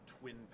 twin